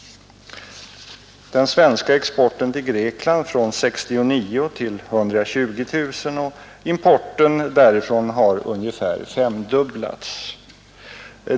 Den svenska exporten till Grekland har ökat från 69 000 till 120 000, och importen därifrån har ungefär femdubblats.